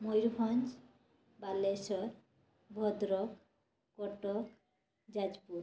Mayurbhanj Baleswar Bhadrak Cuttack Jajpur